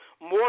more